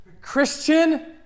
Christian